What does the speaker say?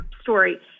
story